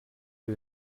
für